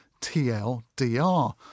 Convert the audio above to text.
TLDR